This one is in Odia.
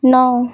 ନଅ